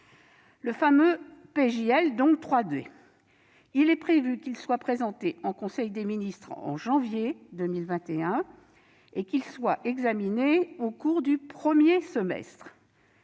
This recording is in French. ce fameux projet de loi dit « 3D » soit présenté en conseil des ministres en janvier 2021 et qu'il soit examiné au cours du premier semestre.